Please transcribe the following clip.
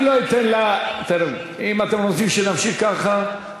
אם אתם רוצים שנמשיך ככה,